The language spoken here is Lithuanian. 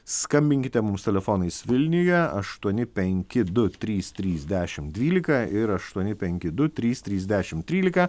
skambinkite mums telefonais vilniuje aštuoni penki du trys trys dešim dvylika ir aštuoni penki du trys trys dešim trylika